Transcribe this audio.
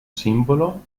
simbolo